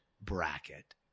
bracket